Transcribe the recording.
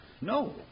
No